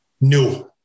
No